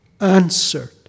answered